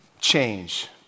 change